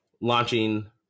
launching